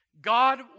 God